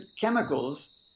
chemicals